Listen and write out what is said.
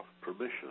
permission